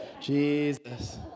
Jesus